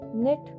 knit